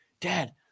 dad